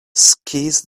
skis